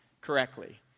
correctly